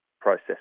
process